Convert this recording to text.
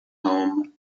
home